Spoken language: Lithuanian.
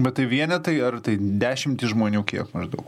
bet tai vienetai ar dešimtys žmonių kiek maždaug